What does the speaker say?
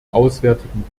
auswärtigen